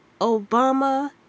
Obama